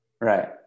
Right